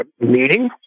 meeting